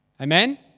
Amen